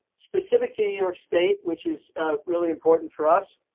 specific to new york state, which is really important for us.